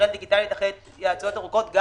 דיגיטלית אחרי התייעצויות ארוכות,